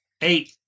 Eight